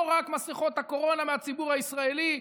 לא רק מסכות הקורונה מהציבור הישראלי,